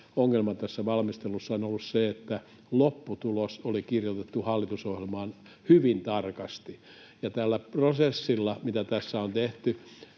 ongelma tässä valmistelussa on ollut se, että lopputulos oli kirjoitettu hallitusohjelmaan hyvin tarkasti ja tällä prosessilla, mitä tässä on tehty